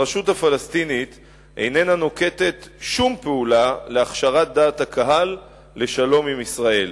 הרשות הפלסטינית איננה נוקטת שום פעולה להכשרת דעת הקהל לשלום עם ישראל.